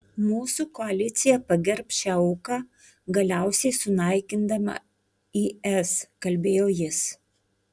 mūsų koalicija pagerbs šią auką galiausiai sunaikindama is kalbėjo jis